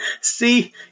See